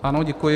Ano, děkuji.